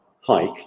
hike